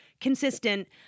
consistent